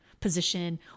position